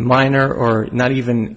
minor or not even